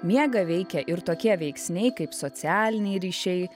miegą veikia ir tokie veiksniai kaip socialiniai ryšiai